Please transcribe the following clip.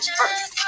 first